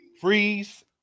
freeze